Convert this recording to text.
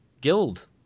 guild